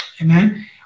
Amen